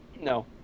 No